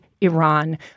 Iran